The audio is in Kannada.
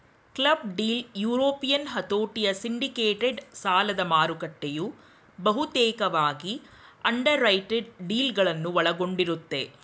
ಕ್ಲಬ್ ಡೀಲ್ ಯುರೋಪಿಯನ್ ಹತೋಟಿಯ ಸಿಂಡಿಕೇಟೆಡ್ ಸಾಲದಮಾರುಕಟ್ಟೆಯು ಬಹುತೇಕವಾಗಿ ಅಂಡರ್ರೈಟೆಡ್ ಡೀಲ್ಗಳನ್ನ ಒಳಗೊಂಡಿರುತ್ತೆ